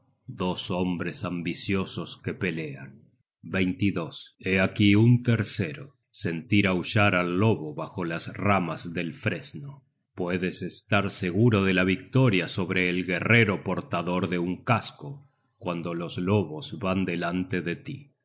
dos hombres ambiciosos que pelean hé aquí un tercero sentir aullar al lobo bajo las ramas del fresno puedes estar seguro de la victoria sobre el guerrero portador de un casco cuando los lobos van delante de tí